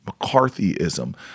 McCarthyism